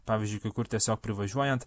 pavyzdžiui kai kur tiesiog privažiuojant